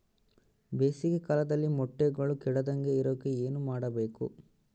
ಬೇಸಿಗೆ ಕಾಲದಲ್ಲಿ ಮೊಟ್ಟೆಗಳು ಕೆಡದಂಗೆ ಇರೋಕೆ ಏನು ಮಾಡಬೇಕು?